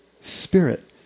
spirit